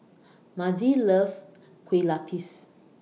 Mazie loves Kue Lupis